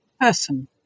person